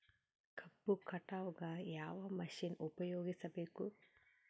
ಕಬ್ಬು ಕಟಾವಗ ಯಾವ ಮಷಿನ್ ಉಪಯೋಗಿಸಬೇಕು?